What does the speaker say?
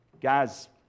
Guys